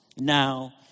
Now